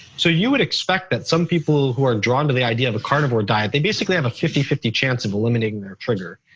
so you would expect that some people who are drawn to the idea of a carnivore diet, they basically have a fifty fifty chance of eliminating their trigger.